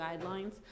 guidelines